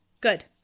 Good